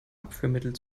abführmittel